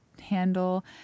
handle